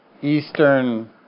Eastern